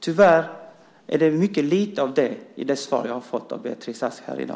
Tyvärr är det mycket lite av detta i det svar jag har fått av Beatrice Ask i dag.